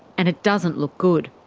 and it doesn't look good.